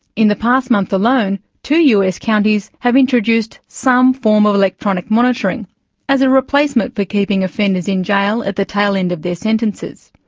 in the past month alone, two us counties have introduced some form of electronic monitoring as a replacement for keeping offenders in jail at the tail end of their sentences.